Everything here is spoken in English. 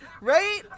Right